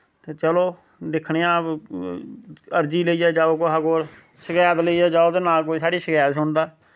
ते चलो दिक्खने आं अरजी लेईयै जाओ कुसै कोल शकैत लेईयै जाओ ते ना कोई साढ़ी शकैत सुनदा